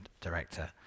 director